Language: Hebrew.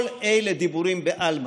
כל אלה דיבורים בעלמא.